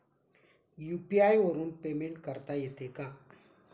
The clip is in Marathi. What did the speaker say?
यु.पी.आय वरून पेमेंट करता येते का?